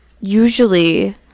Usually